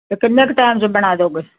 ਕਿੰਨੇ ਕੁ ਟਾਈਮ ਚ ਬਣਾ ਦਿਓ